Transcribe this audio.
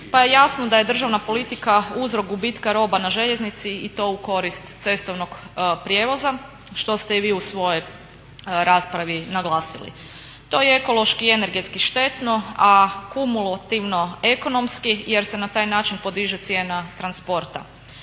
pa je jasno da je državna politika uzrok gubitka roba na željeznici i to u korist cestovnog prijevoza što ste i vi u svojoj raspravi naglasili. To je ekološki i energetski štetno, a kumulativno ekonomski jer se na taj način podiže cijena transporta.